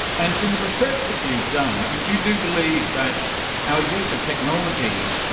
and from the research that you've done, you do believe that our use of technology,